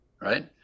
right